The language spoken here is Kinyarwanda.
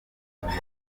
twari